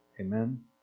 Amen